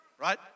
right